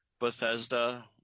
Bethesda